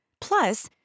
Plus